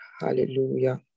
Hallelujah